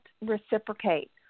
reciprocate